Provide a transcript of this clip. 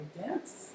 dance